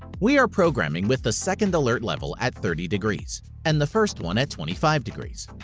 we are programming with the second alert level at thirty degree and the first one at twenty five degree.